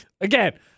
Again